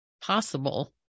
possible